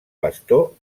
pastor